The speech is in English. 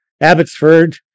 Abbotsford